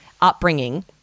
upbringing